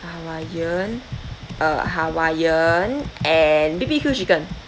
hawaiian uh hawaiian and B_B_Q chicken